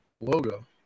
logo